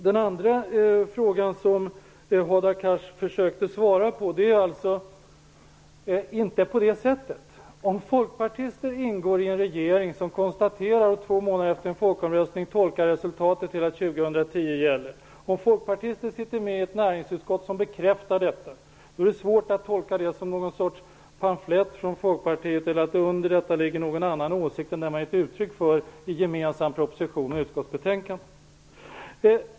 Det är inte på det sätt som Hadar Cars sade när han försökte svara på den andra fråga jag ställde. Folkpartister ingår i en regering som två månader efter en folkomröstning tolkar resultatet som att 2010 gäller. Om folkpartister sitter med i ett näringsutskott som bekräftar detta är det svårt att tolka det som något slags pamflett från Folkpartiet eller att det under detta ligger någon annan åsikt än den man givit uttryck för i gemensam proposition och utskottsbetänkande.